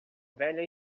velha